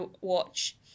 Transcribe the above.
watch